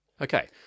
Okay